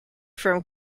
from